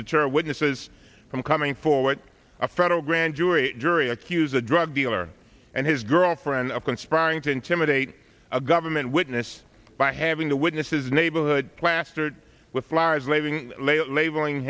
deter witnesses from coming forward a federal grand jury dury accuse a drug dealer and his girlfriend of conspiring to intimidate a government witness by having the witnesses neighborhood plastered with flowers leaving labeling